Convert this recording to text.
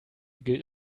gilt